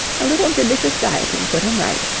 a little judicious dieting put him right.